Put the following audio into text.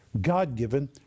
God-given